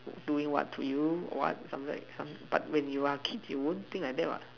doing what to you some something like but when you are kids you won't think like that what